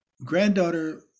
Granddaughter